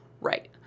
Right